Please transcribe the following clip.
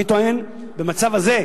אני טוען, במצב הזה,